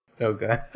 Okay